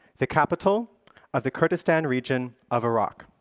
the capital of the kurdistan region of iraq.